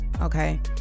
Okay